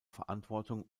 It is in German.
verantwortung